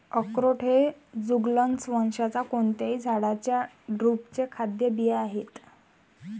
अक्रोड हे जुगलन्स वंशाच्या कोणत्याही झाडाच्या ड्रुपचे खाद्य बिया आहेत